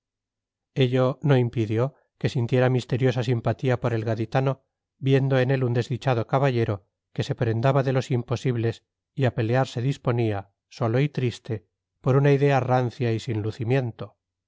ello no impidió que sintiera misteriosa simpatía por el gaditano viendo en él un desdichado caballero que se prendaba de los imposibles y a pelear se disponía solo y triste por una idea rancia y sin lucimiento